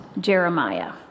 Jeremiah